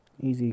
Easy